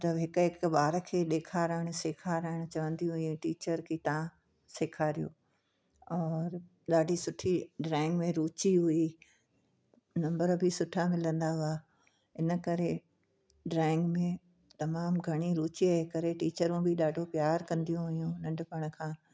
मतिलबु हिक हिक ॿार खे ॾेखारणु सेखारणु चवंदियूं हुयूं टीचर कि तव्हां सेखारियो और ॾाढी सुठी ड्राइंग में रूची हुई नम्बर बि सुठा मिलंदा हुआ इन करे ड्राइंग में तमामु घणी रूचीअ जे करे टीचरूं बि ॾाढो प्यार कंदियूं हुयूं नंढिपुण खां